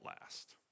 last